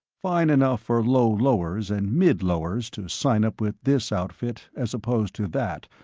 fine enough for low-lowers and mid-lowers to sign up with this outfit, as opposed to that,